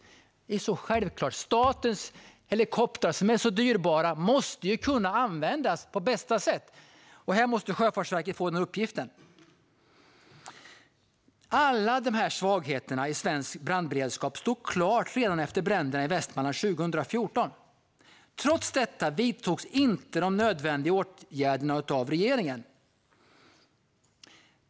Det är självklart: Statens helikoptrar, som är så dyrbara, måste kunna användas på bästa sätt. Sjöfartsverket måste få den uppgiften. Alla dessa svagheter i svensk brandberedskap stod klara redan efter bränderna i Västmanland 2014. Trots detta vidtogs inte de nödvändiga åtgärderna av regeringen.